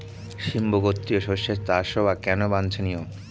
সিম্বু গোত্রীয় শস্যের চাষ হওয়া কেন বাঞ্ছনীয়?